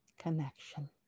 connection